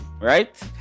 right